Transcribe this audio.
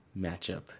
matchup